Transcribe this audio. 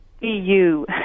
eu